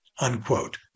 unquote